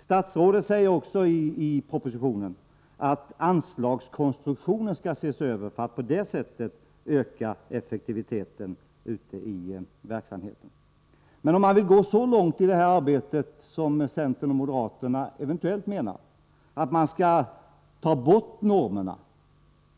Statsrådet säger också i propositionen att anslagskonstruktionen skall ses över för att effektiviteten ute i verksamheten på det sättet skall ökas. Men om man vill gå så långt i detta arbete som centern och moderaterna eventuellt vill göra — att man skall ta bort normerna,